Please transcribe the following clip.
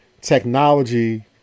technology